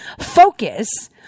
focus